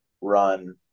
run